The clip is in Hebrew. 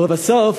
לבסוף,